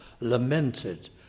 lamented